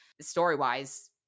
Story-wise